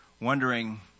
wondering